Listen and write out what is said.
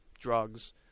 drugs